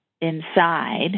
inside